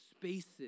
spaces